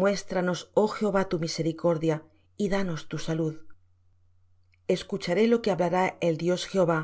muéstranos oh jehová tu misericordia y danos tu salud escucharé lo que hablará el dios jehová